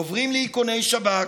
עוברים לאיכוני שב"כ.